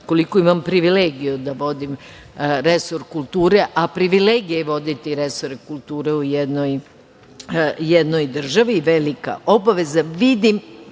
koliko imam privilegiju da vodim resor kulture, a privilegija je voditi resor kulture u jednoj državi i velika obaveza,